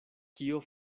kio